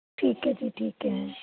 ਠੀਕ ਹੈ ਜੀ ਠੀਕ ਹੈ